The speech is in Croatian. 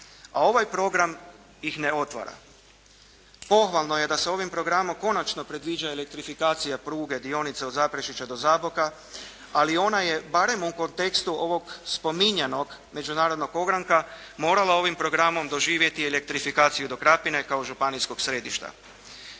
a ovaj program ih ne otvara. Pohvalno je da se ovim programom konačno predviđa elektrifikacija pruge dionice od Zaprešića do Zaboka ali ona je barem u kontekstu ovog spominjanog međunarodnog ogranka morala ovim programom doživjeti elektrifikaciju do Krapine kao županijskog središta.